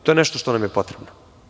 To je nešto što nam je potrebno.